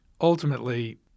Ultimately